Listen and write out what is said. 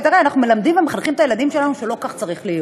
ואנחנו מחנכים את הילדים שלנו שלא כך צריך להיות.